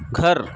گھر